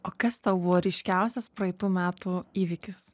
o kas tau buvo ryškiausias praeitų metų įvykis